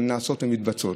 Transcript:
שמתבצעות.